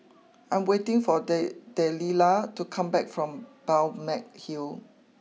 I'm waiting for day Delilah to come back from Balmeg Hill